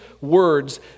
words